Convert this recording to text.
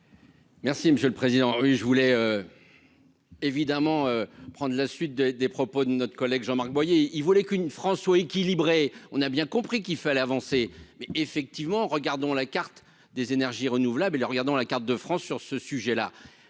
Merci monsieur le président, oui : je voulais évidemment prendre la suite des des propos de notre collègue Jean-Marc Boyer il voulait qu'une François équilibré, on a bien compris qu'il fallait avancer mais effectivement regardons la carte des énergies renouvelables et, regardant la carte de France sur ce sujet là,